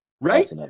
right